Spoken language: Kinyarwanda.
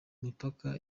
mipaka